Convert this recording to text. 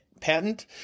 patent